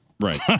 Right